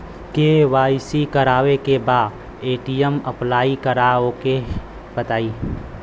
KYC करावे के बा ए.टी.एम अप्लाई करा ओके बताई?